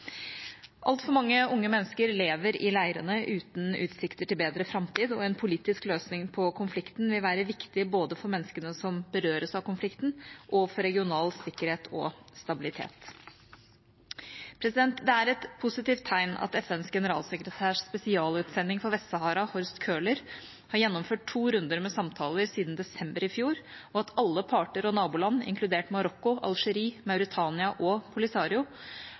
Altfor mange unge mennesker lever i leirene uten utsikter til bedre framtid, og en politisk løsning på konflikten vil være viktig både for menneskene som berøres av den, og for regional sikkerhet og stabilitet. Det er et positivt tegn at FNs generalsekretærs spesialutsending for Vest-Sahara, Horst Köhler, har gjennomført to runder med samtaler siden desember i fjor, og at alle parter og naboland, inkludert Marokko, Algerie, Mauritania og Polisario,